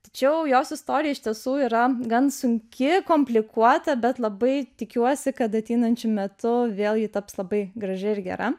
tačiau jos istorija iš tiesų yra gan sunki komplikuota bet labai tikiuosi kad ateinančiu metu vėl ji taps labai graži ir gera